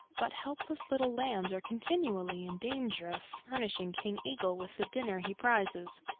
but helpless little lambs are continually in danger of furnishing king eagle with the dinner he prizes.